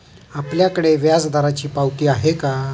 आपल्याकडे व्याजदराची पावती आहे का?